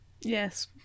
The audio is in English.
Yes